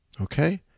Okay